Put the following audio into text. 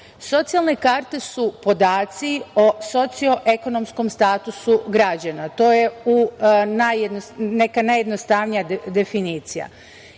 Socijalne karte su podaci o socioekonomskom statusu građana. To je neka najjednostavnija definicija.